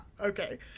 okay